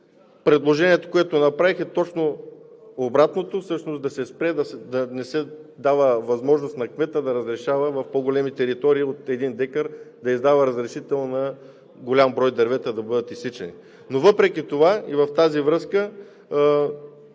Предложението, което направих, е точно обратното – да се спре, да не се дава възможност на кмета в по-големи територии от един декар да разрешава голям брой дървета да бъдат изсичани. Но въпреки това и в тази връзка